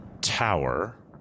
tower